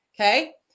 Okay